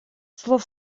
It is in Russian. слов